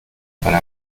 para